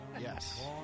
Yes